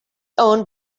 owned